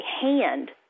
hand